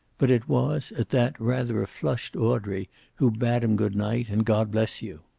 but it was, at that, rather a flushed audrey who bade him good-night and god bless you.